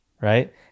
right